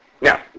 Now